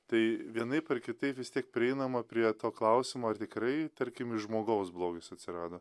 tai vienaip ar kitaip vis tiek prieinama prie to klausimo ar tikrai tarkim iš žmogaus blogis atsirado